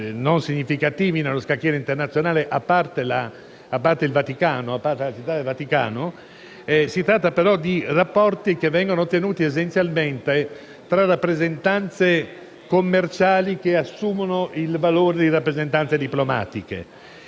non significativi nello scacchiere internazionale, a parte Città del Vaticano, intrattiene rapporti tenuti essenzialmente tra rappresentanze commerciali che assumono il valore di rappresentanze diplomatiche.